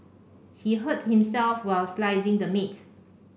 he hurt himself while slicing the meat